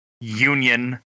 union